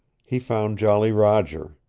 he found jolly roger.